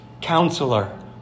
Counselor